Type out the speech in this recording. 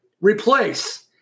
Replace